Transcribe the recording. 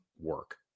work